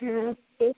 ആ ഓക്കെ